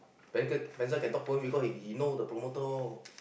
Spencer Spencer can talk for me because he know the promoter all